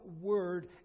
word